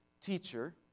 teacher